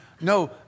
No